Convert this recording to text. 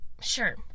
Sure